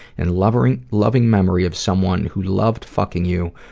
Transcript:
and loving loving memory of someone who loved fucking you,